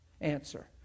answer